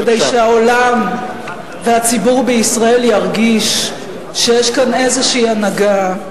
כדי שהעולם והציבור בישראל ירגישו שיש כאן איזו הנהגה,